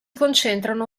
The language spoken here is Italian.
concentrano